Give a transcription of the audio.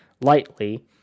lightly